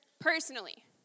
personally